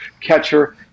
catcher